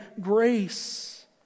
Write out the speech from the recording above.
grace